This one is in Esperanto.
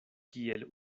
kiel